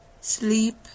Sleep